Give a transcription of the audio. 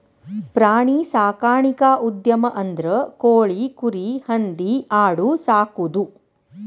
ಪ್ರಾಣಿ ಸಾಕಾಣಿಕಾ ಉದ್ಯಮ ಅಂದ್ರ ಕೋಳಿ, ಕುರಿ, ಹಂದಿ ಆಡು ಸಾಕುದು